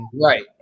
Right